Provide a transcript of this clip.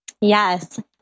Yes